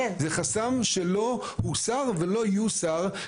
זה חסם שלא הוסר ולא יוסר,